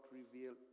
reveal